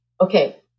okay